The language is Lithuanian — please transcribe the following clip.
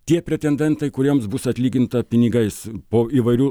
tie pretendentai kuriems bus atlyginta pinigais po įvairių